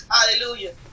Hallelujah